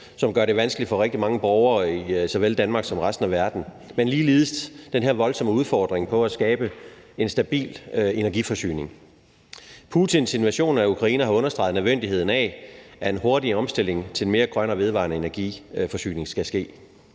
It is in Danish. som gør det vanskeligt for rigtig mange borgere i såvel Danmark som resten af verden. Og ligeledes er der den her voldsomme udfordring med at skabe en stabil energiforsyning. Putins invasion af Ukraine har understreget nødvendigheden af, at der skal ske en hurtig omstilling til en mere grøn og vedvarende energiforsyning. Og det